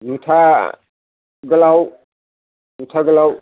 जुथा गोलाव जुथा गोलाव